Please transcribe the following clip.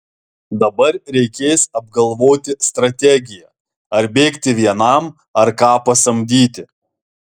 dabar reikės apgalvoti strategiją ar bėgti vienam ar ką pasamdyti